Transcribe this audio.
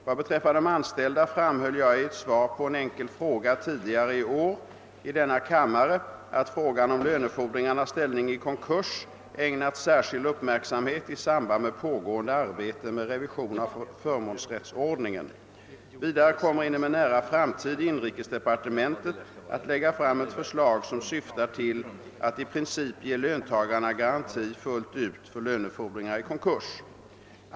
Vad beträffar de anställda framhöll jag i ett svar på en enkel fråga tidigare i år i denna kammare att frågan om lönefordringars ställning i konkurs ägnats särskild uppmärksamhet i samband med pågående arbete med en revision av förmånsrättsordningen. Vidare kommer inom en nära framtid inrikesdepartementet att lägga fram ett förslag som syftar till att i princip ge löntagarna garanti fullt ut för lönefordringar i konkurs.